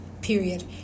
period